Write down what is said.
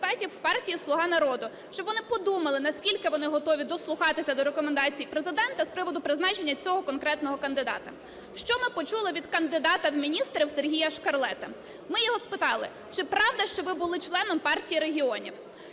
партії "Слуга народу", щоб вони подумали, наскільки вони готові дослухатися до рекомендацій Президента з приводу призначення цього конкретного кандидата. Що ми почули від кандидата в міністри Сергія Шкарлета? Ми його спитали: "Чи правда, що ви були членом Партії регіонів?"